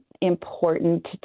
important